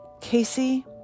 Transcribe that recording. Casey